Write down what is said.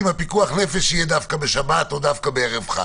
לכן, אנחנו נמצאים במצב של הכול או לא כלום.